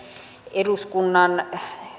eduskunnan